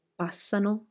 passano